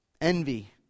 Envy